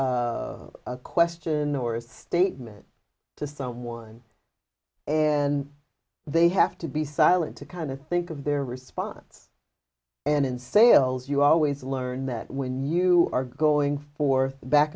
a question or a statement to someone and they have to be silent to kind of think of their response and in sales you always learn that when you are going for back